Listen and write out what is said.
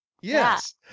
Yes